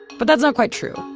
but that's not quite true.